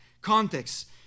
context